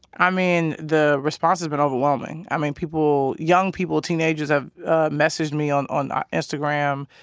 i mean the response has been overwhelming. i mean people young people teenagers have messaged me on on ah instagram.